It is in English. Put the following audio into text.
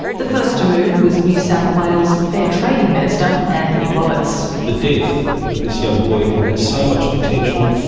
the first to move was new south wales fair trading minister anthony roberts. the death of this young boy, who had so much potential,